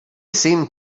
seemed